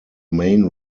main